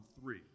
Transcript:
three